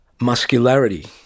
muscularity